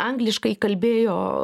angliškai kalbėjo